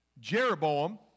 Jeroboam